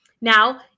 Now